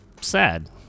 sad